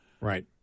Right